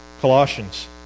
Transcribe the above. Colossians